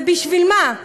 ובשביל מה?